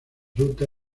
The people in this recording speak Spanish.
ruta